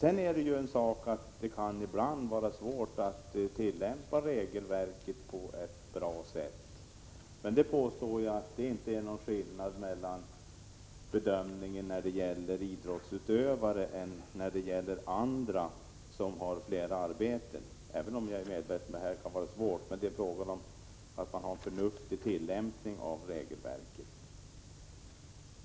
En annan sak är att det ibland kan vara svårt att tillämpa regelverket på ett bra sätt, men det är ingen skillnad i bedömningen när det gäller idrottsutövare och när det gäller andra som har flera arbeten. Det är fråga om att ha en förnuftig tillämpning av regelverket.